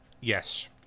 Yes